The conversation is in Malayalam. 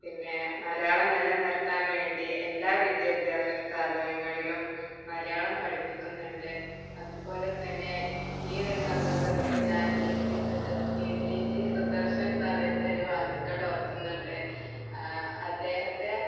പിന്നെ മലയാളം നിലനിർത്താൻ വേണ്ടി എല്ലാ വിദ്യാഭ്യാസ സ്ഥാപനങ്ങളിലും മലയാളം പഠിപ്പിക്കുന്നുണ്ട് അത് പോലെ തന്നെ ഈ ഒരു സന്ദർഭത്തില് ഞാൻ ഇ സി സുച ഇ സി ജി സുദർശൻ പറയുന്ന ഒരു വാക്കുകൾ ഓർക്കുന്നുണ്ട് അദ്ദേഹത്തെ